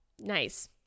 Nice